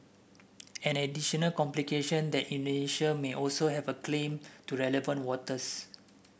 an additional complication that Indonesia may also have a claim to the relevant waters